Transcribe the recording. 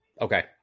Okay